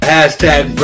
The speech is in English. Hashtag